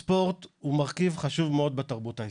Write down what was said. הספורט הוא מרכיב חשוב מאוד בתרבות הישראלית,